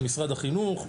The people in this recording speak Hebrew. של משרד החינוך,